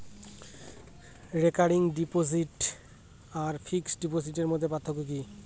Recurring deposit আর fixed ডিপোজিটের মধ্যে পার্থক্য কি?